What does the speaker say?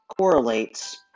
correlates